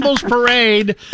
Parade